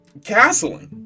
castling